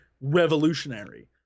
revolutionary